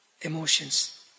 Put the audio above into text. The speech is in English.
emotions